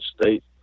state